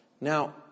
Now